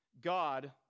God